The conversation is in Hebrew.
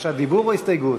בקשת דיבור או הסתייגות?